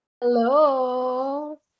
hello